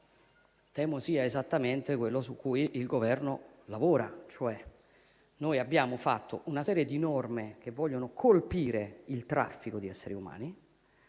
Temo che sia esattamente quello su cui il Governo lavora. Abbiamo infatti presentato una serie di norme che vogliono colpire il traffico di esseri umani.